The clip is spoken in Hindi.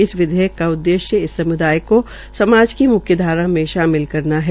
इस विधेयक का उद्देश्य इस सम्दाय को समाज भी मुख्यधारा में शामिल करना है